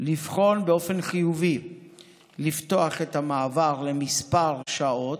לבחון באופן חיובי את פתיחת המעבר לכמה שעות,